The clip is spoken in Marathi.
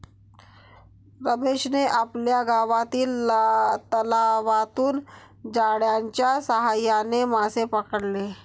रमेशने आपल्या गावातील तलावातून जाळ्याच्या साहाय्याने मासे पकडले